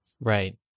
Right